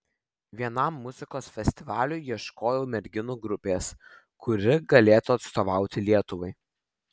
vienam muzikos festivaliui ieškojau merginų grupės kuri galėtų atstovauti lietuvai